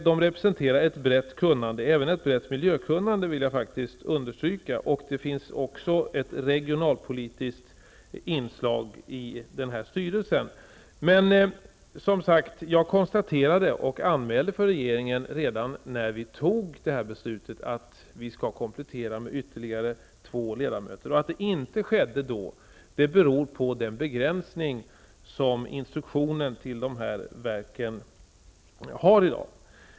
De representerar ett brett kunnande, även på miljöområdet, vill jag understryka. Det finns också ett regionalpolitiskt inslag i denna styrelse. Jag konstaterade redan när vi fattade detta beslut att vi skall komplettera med ytterligare två ledamöter. Det anmälde jag också för regeringen. Att det inte skedde då beror på den begränsning som i dag finns i instruktionen för dessa verk.